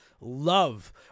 love